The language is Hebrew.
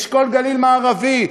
אשכול גליל מערבי,